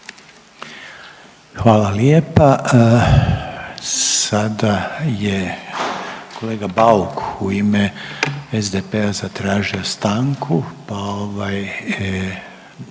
Hvala lijepa. Sada je kolega Bauk u ime SDP-a zatražio stanku, a i